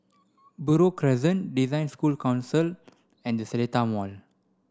Buroh Crescent Council and The Seletar Mall